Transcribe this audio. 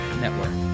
Network